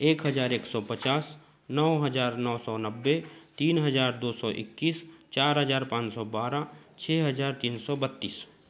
एक हज़ार एक सौ पचास नौ हज़ार नौ सौ नब्बे तीन हज़ार दो सौ इक्कीस चार हज़ार पाँच सौ बारह छः हज़ार तीन सौ बत्तीस